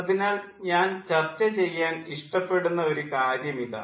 അതിനാൽ ഞാൻ ചർച്ച ചെയ്യാൻ ഇഷ്ടപ്പെടുന്ന ഒരു കാര്യം ഇതാണ്